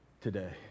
today